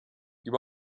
you